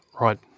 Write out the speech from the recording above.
Right